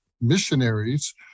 missionaries